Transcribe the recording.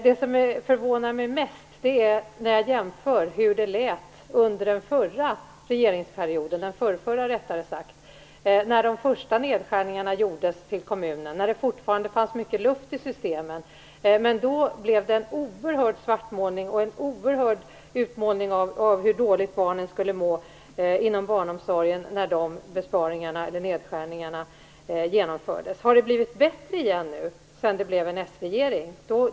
Det som förvånar mig mest är när jag jämför med hur det lät under den förrförra regeringsperioden, när de första nedskärningarna gjordes till kommunen, när det fortfarande fanns mycket luft i systemen. Då blev det en oerhörd svartmålning och en oerhörd utmålning av hur dåligt barnen skulle må inom barnomsorgen när de nedskärningarna genomfördes. Har det blivit bättre nu igen, sedan det blev en s-regering?